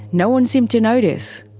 no one seemed to notice.